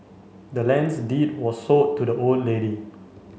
the land's deed was sold to the old lady